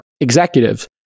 executives